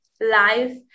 life